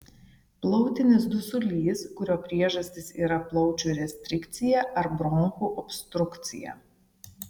plautinis dusulys kurio priežastys yra plaučių restrikcija ar bronchų obstrukcija